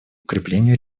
укреплению